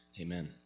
Amen